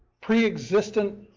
pre-existent